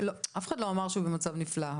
אף אחד לא אמר שהוא במצב נפלא.